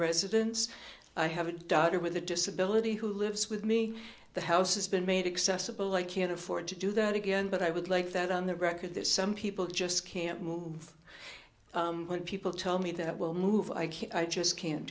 residence i have a daughter with a disability who lives with me the house has been made excessive bill i can't afford to do that again but i would like that on the record that some people just can't move when people tell me that will move i can't i just can't